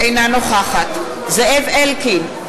אינה נוכחת זאב אלקין,